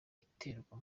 iterwa